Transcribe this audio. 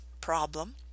problem